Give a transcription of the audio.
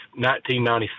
1995